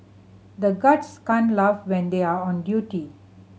the guards can't laugh when they are on duty